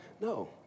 No